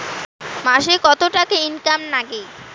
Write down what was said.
মাসে কত টাকা ইনকাম নাগে?